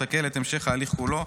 יסכל את המשך ההליך כולו.